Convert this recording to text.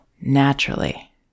naturally